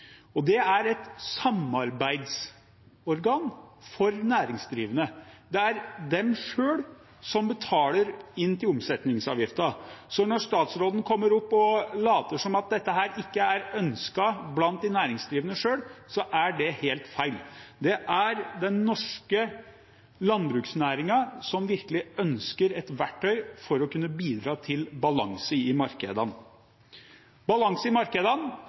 tiltakene. Det er et samarbeidsorgan for næringsdrivende, som selv betaler inn omsetningsavgiften. Så når statsråden kommer opp og later som om dette ikke er ønsket blant de næringsdrivende selv, er det helt feil. Det er den norske landbruksnæringen som virkelig ønsker et verktøy for å kunne bidra til balanse i markedene. Balanse i markedene